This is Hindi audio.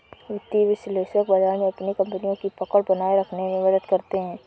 वित्तीय विश्लेषक बाजार में अपनी कपनियों की पकड़ बनाये रखने में मदद करते हैं